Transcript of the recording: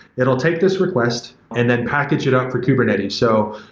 it will take this request and then package it up for kubernetes. so,